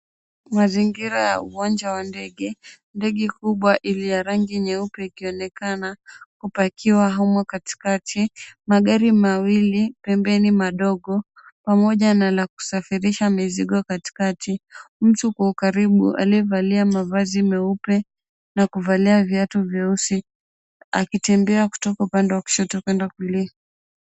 Mazingira ya uwanja wa ndege. Ndege kubwa iliyo ya rangi nyeupe ikionekana kupakiwa humo katikati, magari mawili pembeni madogo pamoja na la kusafirisha mizigo katikati. Mtu kwa ukaribu aliye valia mavazi meupe na kuvalia viatu vieusi, akitembea kutoka upande wa kushoto kwenda kulia.